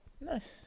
Nice